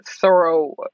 thorough